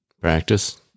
Practice